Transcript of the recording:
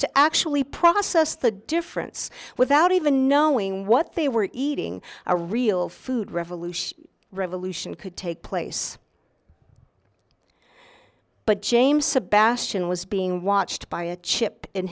to actually process the difference without even knowing what they were eating a real food revolution revolution could take place but james sebastian was being watched by a chip in